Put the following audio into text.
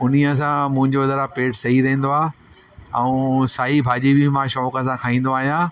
उन्हीअ सां मुंहिंजो पेट जरा सही रहंदो आहे ऐं साई भाॼी बि मां शौंक़ु सां खाईंदो आहियां